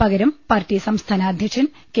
പകരം പാർട്ടി സംസ്ഥാന അധ്യക്ഷൻ കെ